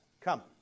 come